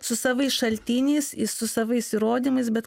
su savais šaltiniais į su savais įrodymais bet